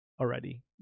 already